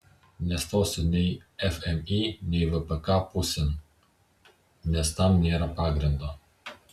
nestosiu nei fmį nei vpk pusėn nes tam nėra pagrindo